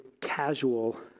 casual